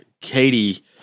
Katie